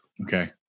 Okay